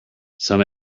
some